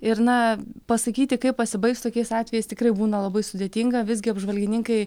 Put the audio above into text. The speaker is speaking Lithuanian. ir na pasakyti kaip pasibaigs tokiais atvejais tikrai būna labai sudėtinga visgi apžvalgininkai